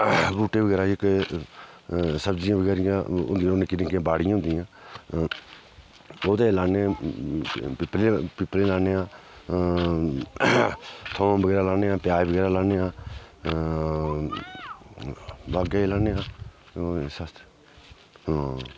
बूह्टे बगैरा जेह्के सब्जियां बगैरा जेह्ड़ियां होंदियां ओह् निक्कियां निक्कियां बाड़ियां होंदियां ओह्दे च लान्नें पिप्लियां लान्ने आं थोम बगैरा लान्ने आं प्याज बगैरा लान्ने आं बागै च लान्ने आं